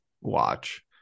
watch